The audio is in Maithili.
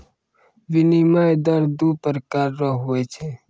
विनिमय दर दू प्रकार रो हुवै छै